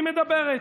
היא מדברת.